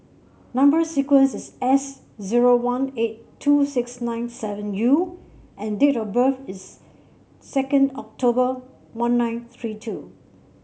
number sequence is S zero one eight two six nine seven U and date of birth is second October one nine three two